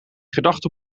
gedachten